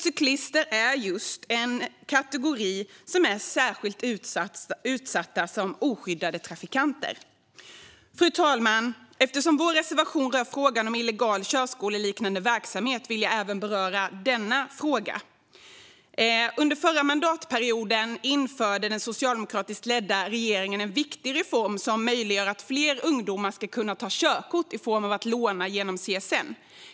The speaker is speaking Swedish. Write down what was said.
Cyklister är som oskyddade trafikanter en kategori som är särskilt utsatt. Fru talman! Eftersom vår reservation rör frågan om illegal körskoleliknande verksamhet vill jag även beröra denna fråga. Under förra mandatperioden införde den socialdemokratiskt ledda regeringen en viktig reform som gjorde det möjligt för fler ungdomar att ta körkort genom lån från CSN.